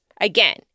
Again